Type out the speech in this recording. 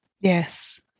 Yes